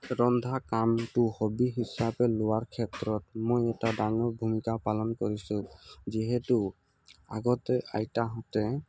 ৰন্ধা কামটো হ'বি হিচাপে লোৱাৰ ক্ষেত্ৰত মই এটা ডাঙৰ ভূমিকা পালন কৰিছো যিহেতু আগতে আইতাহঁতে